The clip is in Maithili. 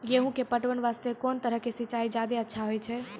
गेहूँ के पटवन वास्ते कोंन तरह के सिंचाई ज्यादा अच्छा होय छै?